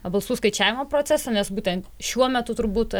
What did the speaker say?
balsų skaičiavimo procesą nes būtent šiuo metu turbūt